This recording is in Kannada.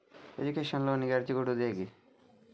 ಎಜುಕೇಶನ್ ಲೋನಿಗೆ ಅರ್ಜಿ ಕೊಡೂದು ಹೇಗೆ?